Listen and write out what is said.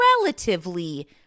relatively